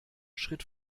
schritt